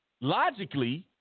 logically